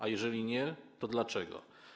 A jeżeli nie, to dlaczego?